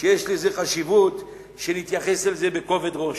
שיש לזה חשיבות, שנתייחס לזה בכובד ראש.